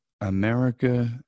America